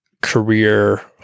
career